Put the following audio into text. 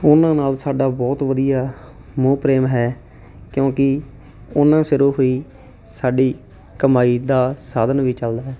ਉਹਨਾਂ ਨਾਲ ਸਾਡਾ ਬਹੁਤ ਵਧੀਆ ਮੋਹ ਪ੍ਰੇਮ ਹੈ ਕਿਉਂਕਿ ਉਹਨਾਂ ਸਿਰੋਂ ਹੀ ਸਾਡੀ ਕਮਾਈ ਦਾ ਸਾਧਨ ਵੀ ਚੱਲਦਾ ਹੈ